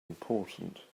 important